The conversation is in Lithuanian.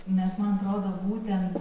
nes man atrodo būtent